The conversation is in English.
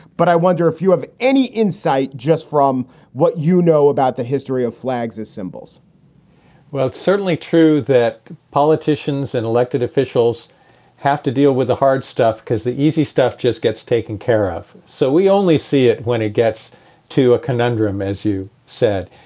but i wonder if you have any insight just from what you know about the history of flags as symbols well, it's certainly true that politicians and elected officials have to deal with the hard stuff because the easy stuff just gets taken care of. so we only see it when it gets to a conundrum. as you said,